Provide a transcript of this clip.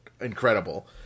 incredible